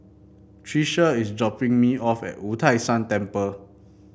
Trisha is dropping me off at Wu Tai Shan Temple